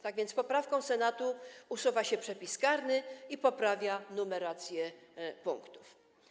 Tak więc poprawką Senatu usuwa się przepis karny i poprawia numerację punktów.